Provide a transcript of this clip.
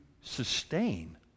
sustain